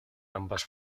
ambas